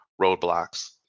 roadblocks